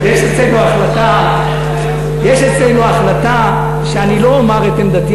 יש אצלנו החלטה שאני לא אומר את עמדתי